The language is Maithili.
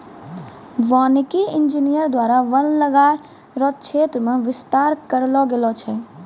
वानिकी इंजीनियर द्वारा वन लगाय रो क्षेत्र मे बिस्तार करलो गेलो छै